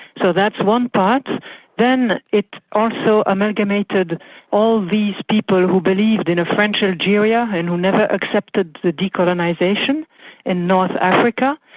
so that's one part then it also amalgamated all these people who believed in a french algeria and who never accepted the decolonisation in north africa.